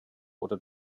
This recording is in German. oder